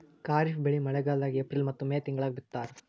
ಖಾರಿಫ್ ಬೆಳಿ ಮಳಿಗಾಲದಾಗ ಏಪ್ರಿಲ್ ಮತ್ತು ಮೇ ತಿಂಗಳಾಗ ಬಿತ್ತತಾರ